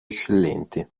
eccellenti